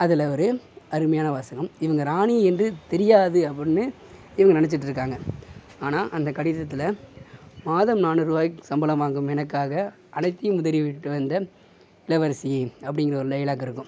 அதில் ஒரு அருமையான வாசகம் இவங்கள் ராணி என்று தெரியாது அப்படினு இவங்கள் நினைச்சிட்டு இருக்காங்க ஆனால் அந்த கடிதத்தில் மாதம் நானூறு ருபாய் சம்பளம் வாங்கும் எனக்காக அனைத்தையும் உதறி விட்டு வந்த இளவரிசியே அப்டிங்கிற ஒரு டைலாக் இருக்கும்